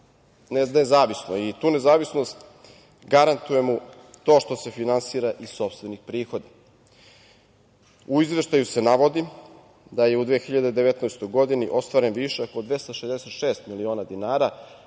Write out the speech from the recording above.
nezavisno i tu nezavisnost garantuje mu to što se finansira iz sopstvenih prihoda. U Izveštaju se navodi da je u 2019. godini ostvaren višak od 266 miliona dinara